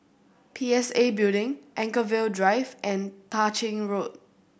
P S A Building Anchorvale Drive and Tah Ching Road